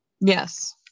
Yes